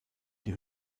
die